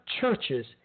churches